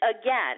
Again